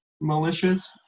malicious